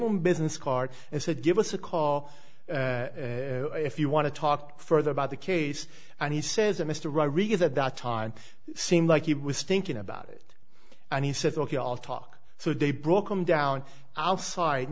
him business card and said give us a call if you want to talk further about the case and he says that mr rodriguez at that time seemed like he was thinking about it and he said ok i'll talk so they broke him down outside